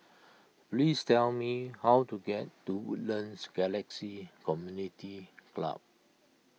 please tell me how to get to Woodlands Galaxy Community Club